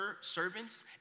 servants